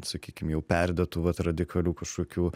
sakykim jau perdėtų vat radikalių kažkokių